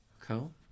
Cool